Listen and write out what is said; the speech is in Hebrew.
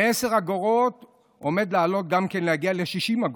מ-10 אגורות עומד לעלות גם כן, להגיע ל-60 אגורות.